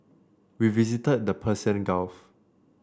we visited the Persian Gulf